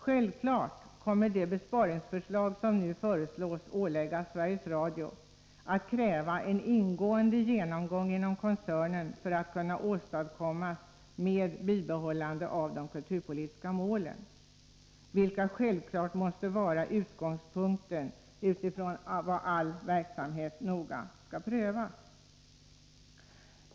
Självfallet kommer det besparingsförslag som man nu föreslår skall åläggas Sveriges Radio att kräva en ingående genomgång inom koncernen för att kunna genomföras med bibehållande av de kulturpolitiska målen, vilka självfallet måste vara den utgångspunkt utifrån vilken all verksamhet noga skall prövas.